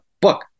book